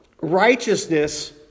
righteousness